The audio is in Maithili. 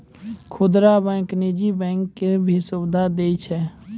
खुदरा बैंक नीजी बैंकिंग के भी सुविधा दियै छै